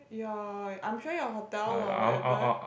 your I'm sure your hotel or wherever